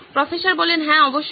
professor হ্যাঁ অবশ্যই